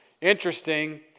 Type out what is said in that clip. Interesting